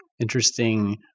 interesting